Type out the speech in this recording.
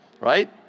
right